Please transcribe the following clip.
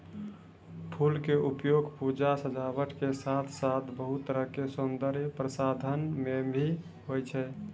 फूल के उपयोग पूजा, सजावट के साथॅ साथॅ बहुत तरह के सौन्दर्य प्रसाधन मॅ भी होय छै